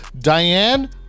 diane